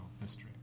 history